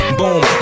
boom